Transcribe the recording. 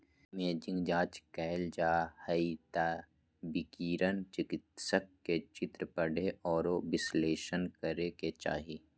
imaging जांच कइल जा हइ त विकिरण चिकित्सक के चित्र पढ़े औरो विश्लेषण करे के चाही